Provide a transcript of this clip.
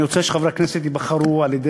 אני רוצה שחברי הכנסת ייבחרו על-ידי